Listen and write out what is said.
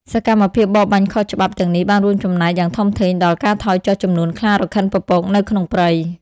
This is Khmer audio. សកម្មភាពបរបាញ់ខុសច្បាប់ទាំងនេះបានរួមចំណែកយ៉ាងធំធេងដល់ ការថយចុះចំនួនខ្លារខិនពពកនៅក្នុងព្រៃ។